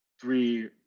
three